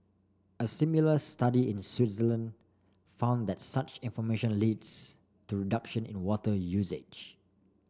a similar study in Switzerland found that such information leads to reduction in water usage